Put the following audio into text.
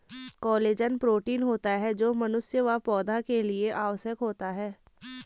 collagen protein होता है जो मनुष्य व पौधा के लिए आवश्यक होता है